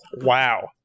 Wow